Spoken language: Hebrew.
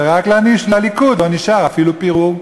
ורק לליכוד לא נשאר אפילו פירור.